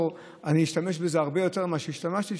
אני אשתמש בזה הרבה יותר ממה שהשתמשתי,